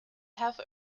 have